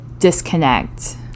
disconnect